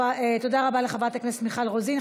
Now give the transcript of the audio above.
תודה רבה לחברת הכנסת מיכל רוזין.